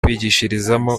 kwigishirizamo